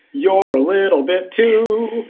your little bit too.